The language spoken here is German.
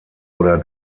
oder